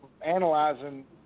analyzing –